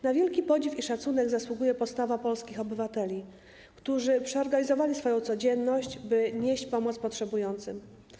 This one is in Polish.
Na wielki podziw i szacunek zasługuje postawa polskich obywateli, którzy przeorganizowali swoją codzienność, by nieść pomoc potrzebującym.